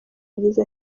yagize